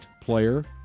player